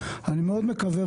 שיקרתם לנו לכל אורך הדרך.